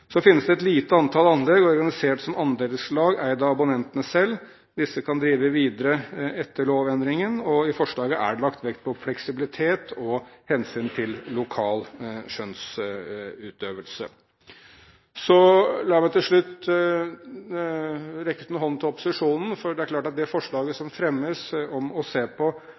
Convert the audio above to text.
Så finnes det et lite antall anlegg organisert som andelslag eid av abonnentene selv. Disse kan drive videre etter lovendringen. I forslaget er det lagt vekt på fleksibilitet og hensyn til lokal skjønnsutøvelse. La meg til slutt rekke ut en hånd til opposisjonen, for det er klart at det forslaget som fremmes om å se mye nøyere på